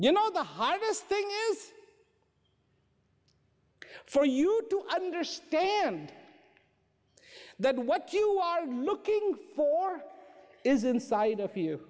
you know the hardest thing is for you to understand that what you are looking for is inside of you